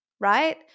right